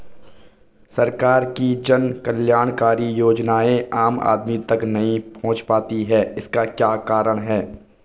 सरकार की जन कल्याणकारी योजनाएँ आम आदमी तक नहीं पहुंच पाती हैं इसका क्या कारण है?